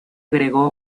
agregó